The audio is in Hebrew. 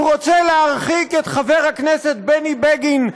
הוא רוצה להרחיק את חבר הכנסת בני בגין,